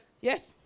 yes